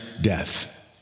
death